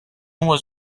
was